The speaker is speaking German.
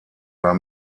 war